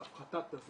להפחתה.